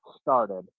started